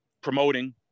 promoting